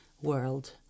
world